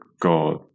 God